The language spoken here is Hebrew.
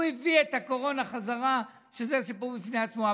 הוא הביא את הקורונה בחזרה, שזה סיפור בפני עצמו.